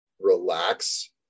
relax